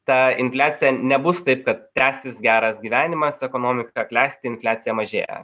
ta infliacija nebus taip kad tęsis geras gyvenimas ekonomika klesti infliacija mažėja